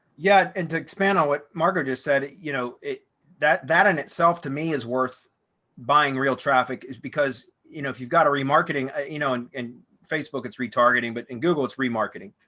yeah, and to expand on what margo just said you know it that that in itself to me is worth buying real traffic is because you know if you've got to remarketing ah you know and facebook, it's retargeting, but in google, it's remarketing.